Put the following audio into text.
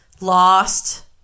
lost